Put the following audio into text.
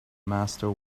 master